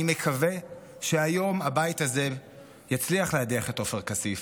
אני מקווה שהיום הבית הזה יצליח להדיח את עופר כסיף,